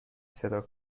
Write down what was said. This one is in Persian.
صدا